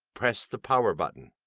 press the power button.